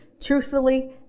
truthfully